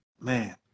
man